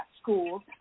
schools